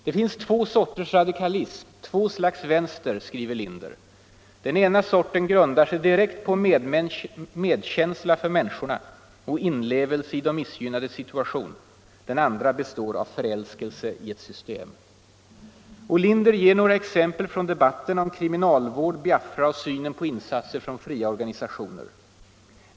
”Det finns två sorters radikalism, två slags vänster”, skriver Linder. ”Den ena sorten grundar sig direkt på medkänsla för människorna och inlevelse i de missgynnades situation, den andra består av förälskelse i ett system —---.” Och Linder ger några exempel från debatterna om kriminalvård, Biafra och synen på insatser från fria organisationer.